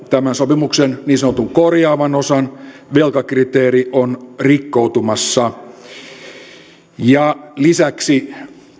tämän sopimuksen niin sanotun korjaavan osan velkakriteeri on rikkoutumassa lisäksi